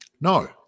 No